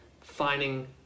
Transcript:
finding